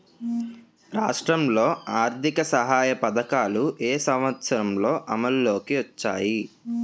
రాష్ట్రంలో ఆర్థిక సహాయ పథకాలు ఏ సంవత్సరంలో అమల్లోకి వచ్చాయి?